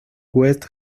west